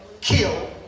kill